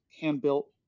hand-built